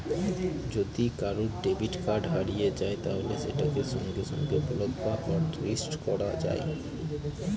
যদি কারুর debit card হারিয়ে যায় তাহলে সেটাকে সঙ্গে সঙ্গে ব্লক বা হটলিস্ট করা যায়